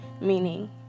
meaning